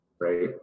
right